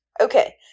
Okay